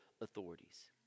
authorities